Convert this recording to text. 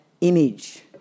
image